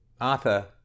Arthur